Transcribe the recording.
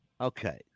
Okay